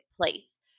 place